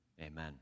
Amen